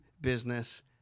business